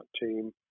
team